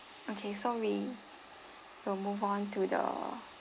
okay so we will move on to the